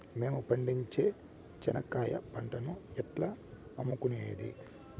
మేము పండించే చెనక్కాయ పంటను ఎట్లా అమ్ముకునేది?